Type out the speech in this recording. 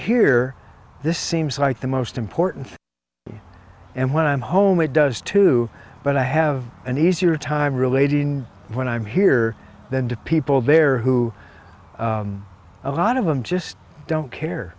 here this seems like the most important and when i'm home it does too but i have an easier time relating when i'm here than to people there who a lot of them just don't care